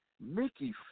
Mickey